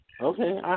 Okay